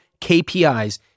KPIs